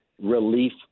relief